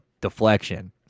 deflection